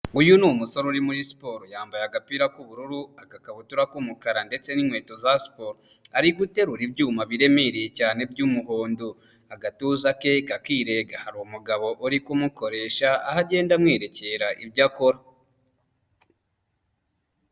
Uyu ni umusore uri muri siporo yambaye agapira k'ubururu, agakabutura k'umukara ndetse n'inkweto za siporo. Ari guterura ibyuma biremereye cyane by'umuhondo agatuza ke kakirega. Hari umugabo uri kumukoresha aho agenda amwerekera ibyo akora.